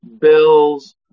bills